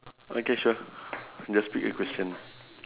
okay sure just pick a question